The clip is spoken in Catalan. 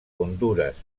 hondures